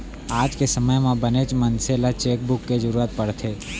आज के समे म बनेच मनसे ल चेकबूक के जरूरत परथे